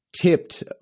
tipped